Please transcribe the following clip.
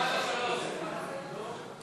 הכניסה לישראל (תיקון מס' 26),